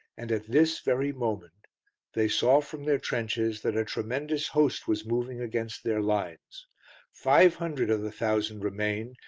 and at this very moment they saw from their trenches that a tremendous host was moving against their lines five hundred of the thousand remained,